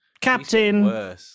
Captain